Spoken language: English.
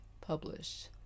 publish